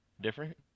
different